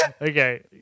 Okay